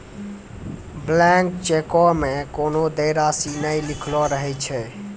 blank चेको मे कोनो देय राशि नै लिखलो रहै छै